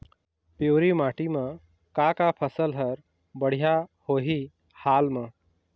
पिवरी माटी म का का फसल हर बढ़िया होही हाल मा?